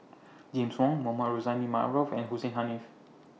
James Wong Mohamed Rozani Maarof and Hussein Haniff